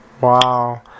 Wow